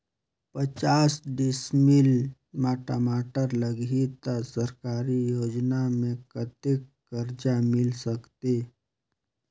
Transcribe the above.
पचास डिसमिल मा टमाटर लगही त सरकारी योजना ले कतेक कर्जा मिल सकथे?